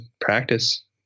practice